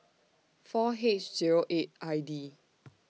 four H Zero eight I D